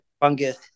fungus